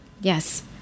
Yes